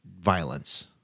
violence